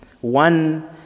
One